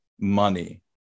money